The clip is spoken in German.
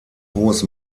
hohes